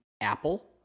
Apple